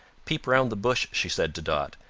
peep round the bush, she said to dot,